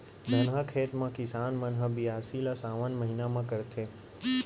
धनहा खेत म किसान मन ह बियासी ल सावन महिना म करथे